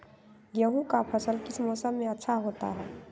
गेंहू का फसल किस मौसम में अच्छा होता है?